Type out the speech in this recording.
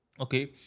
Okay